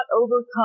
overcome